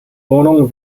wohnungen